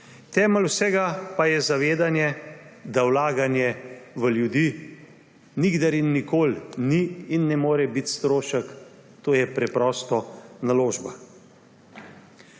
Temelj vsega pa je zavedanje, da vlaganje v ljudi nikdar in nikoli ni in ne more biti strošek, to je preprosto naložba.